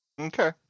Okay